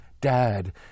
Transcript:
dad